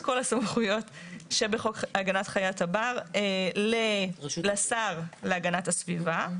כל הסמכויות שבחוק הגנת חיית הבר לשר להגנת הסביבה.